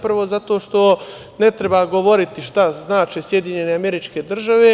Prvo, zato što ne treba govoriti šta znače SAD.